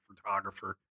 photographer